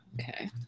Okay